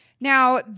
Now